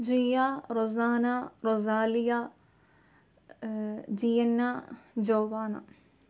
Jiya Rosana Rosalia Gianna Jovana